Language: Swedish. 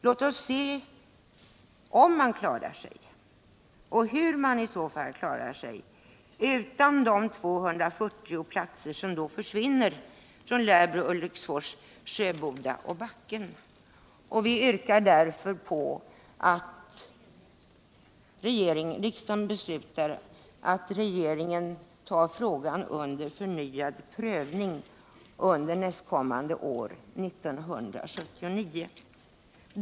Låt oss se om man klarar sig, och hur man i så fall klarar sig, utan de 240 platser som försvinner från Lärbro, Ulriksfors, Sjöboda och Backen! Vi yrkar därför att riksdagen beslutar att regeringen tar frågan under förnyad prövning under år 1979.